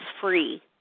free